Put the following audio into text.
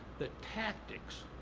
the tactics,